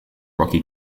rocky